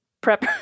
prep